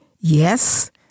Yes